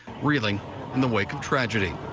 reeling in the wake of tragedy.